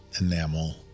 enamel